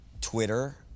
Twitter